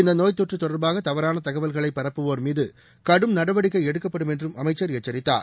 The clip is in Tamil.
இந்தநோய்த்தொற்றுதொடர்பாகதவறானதகவல்களைபரப்புவோர் மீதுகடும் நடவடிக்கைஎடுக்கப்படும் என்றும் அமைச்சர் எச்சரித்தார்